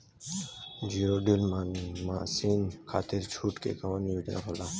Zero डील मासिन खाती छूट के कवन योजना होला?